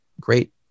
great